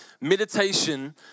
Meditation